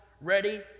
ready